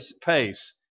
Pace